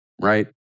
right